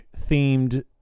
themed